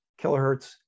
kilohertz